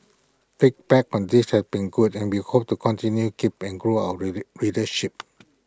feedback on this has been good and we hope to continue keep and grow our really readership